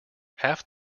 half